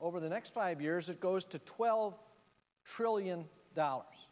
over the next five years of goes to twelve trillion dollars